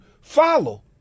follow